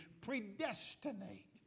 predestinate